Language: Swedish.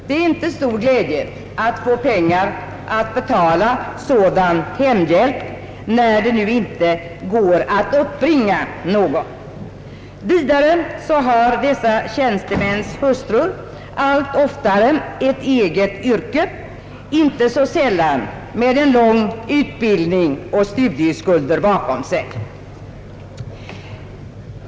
Det är inte stor glädje att få pengar för att betala sådan hemhjälp när det inte går att uppbringa någon. Vidare har dessa tjänstemäns hustrur allt oftare ett eget yrke samt en lång utbildning med åtföljande studieskulder bakom sig.